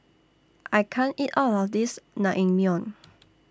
I can't eat All of This Naengmyeon